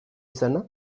izana